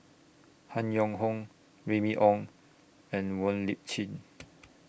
Han Yong Hong Remy Ong and Wong Lip Chin